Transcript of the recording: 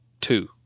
two